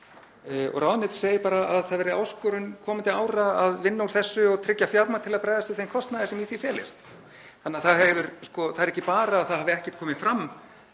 og ráðuneytið segir bara að það verði áskorun komandi ára að vinna úr þessu og tryggja fjármagn til að bregðast við þeim kostnaði sem í því felist. Það er ekki bara að það hafi ekkert komið fram